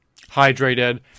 hydrated